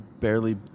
barely